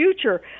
future